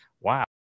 Wow